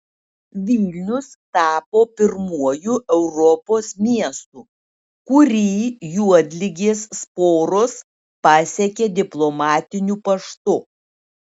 vilnius tapo pirmuoju europos miestu kurį juodligės sporos pasiekė diplomatiniu paštu